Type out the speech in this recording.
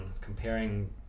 comparing